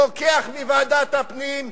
לוקח מוועדת הפנים,